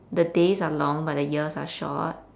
the days are long but the years are short